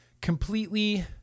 completely